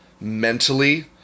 mentally